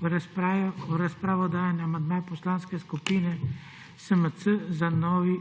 V razpravo dajem amandma Poslanske skupine SMC za novi